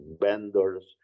vendors